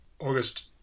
August